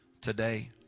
today